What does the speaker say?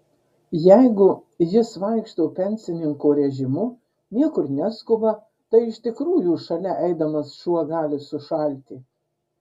jeigu jis vaikšto pensininko režimu niekur neskuba tai iš tikrųjų šalia eidamas šuo gali sušalti